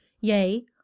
Yea